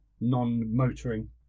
non-motoring